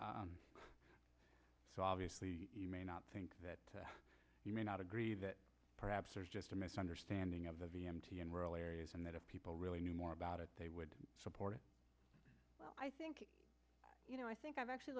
so obviously you may not think that you may not agree that perhaps there's just a misunderstanding of the empty and rural areas and that if people really knew more about it they would support it well i think you know i think i've actually